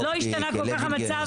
לוינגר.